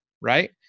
Right